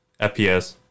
FPS